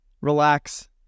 Relax